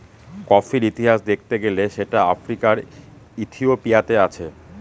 কফির ইতিহাস দেখতে গেলে সেটা আফ্রিকার ইথিওপিয়াতে আছে